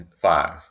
Five